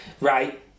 Right